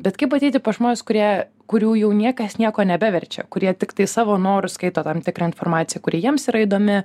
bet kaip ateiti pas žmones kurie kurių jau niekas nieko nebeverčia kurie tiktai savo noru skaito tam tikrą informaciją kuri jiems yra įdomi